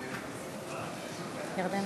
נא לשמור